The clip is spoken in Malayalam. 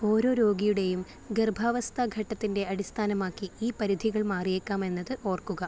ഓരോ രോഗിയുടെയും ഗർഭാവസ്ഥാ ഘട്ടത്തിൻ്റെ അടിസ്ഥാനമാക്കി ഈ പരിധികൾ മാറിയേക്കാമെന്നത് ഓർക്കുക